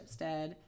Shipstead